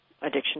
addiction